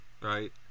right